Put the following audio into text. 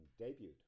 debuted